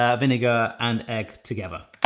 ah vinegar and egg together.